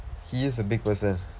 he is a big person